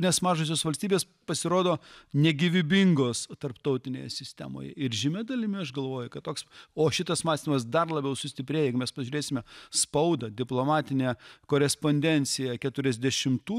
nes mažosios valstybės pasirodo negyvybingos tarptautinėje sistemoje ir žymia dalimi aš galvoju kad toks o šitas mąstymas dar labiau sustiprėjo jeigu mes pažiūrėsime spaudą diplomatinę korespondenciją keturiasdešimtų